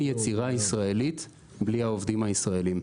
יצירה ישראלית בלי העובדים הישראלים.